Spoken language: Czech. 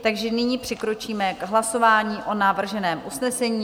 Takže nyní přikročíme k hlasování o navrženém usnesení.